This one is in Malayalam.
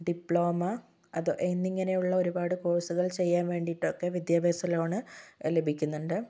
ഡിപ്ലോമ അത് എന്നിങ്ങനെയുള്ള ഒരുപാട് കോഴ്സുകൾ ചെയ്യാൻ വേണ്ടിട്ട് ഒക്കെ വിദ്യാഭ്യാസ ലോൺ ലഭിക്കുന്നുണ്ട്